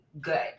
good